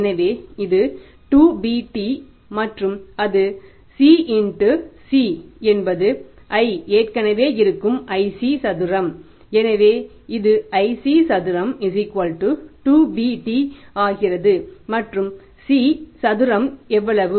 எனவே இது 2bT மற்றும் அது C C என்பது i ஏற்கனவே இருக்கும் iC சதுரம் எனவே இது iC சதுரம் 2bT ஆகிறது மற்றும் C சதுரம் எவ்வளவு